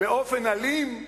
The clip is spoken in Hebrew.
באופן אלים,